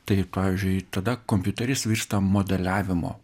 tai pavyzdžiui tada kompiuteris virsta modeliavimo